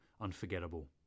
unforgettable